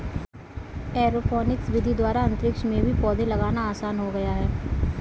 aeroponics विधि द्वारा अंतरिक्ष में भी पौधे लगाना आसान हो गया है